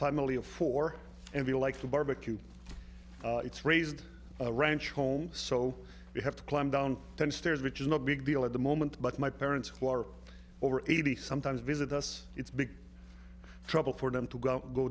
family of four and we like the barbecue it's raised ranch home so we have to climb down ten stairs which is no big deal at the moment but my parents who are over eighty sometimes visit us it's big trouble for them to go go